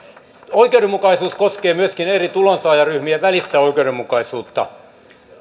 oikeudenmukaisuus koskee myöskin eri tulonsaajaryhmien välistä oikeudenmukaisuutta